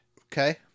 Okay